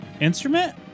Instrument